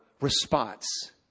response